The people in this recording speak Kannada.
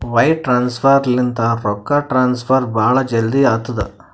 ವೈರ್ ಟ್ರಾನ್ಸಫರ್ ಲಿಂತ ರೊಕ್ಕಾ ಟ್ರಾನ್ಸಫರ್ ಭಾಳ್ ಜಲ್ದಿ ಆತ್ತುದ